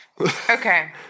Okay